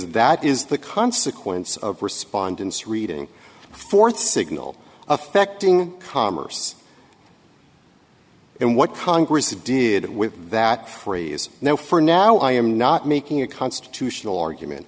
that is the consequence of respondents reading fourth signal affecting commerce and what congress did with that phrase now for now i am not making a constitutional argument